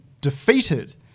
defeated